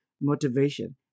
motivation